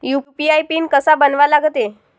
UPI PIN कसा बनवा लागते?